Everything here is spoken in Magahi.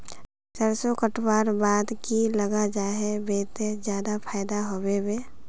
सरसों कटवार बाद की लगा जाहा बे ते ज्यादा फायदा होबे बे?